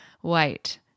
white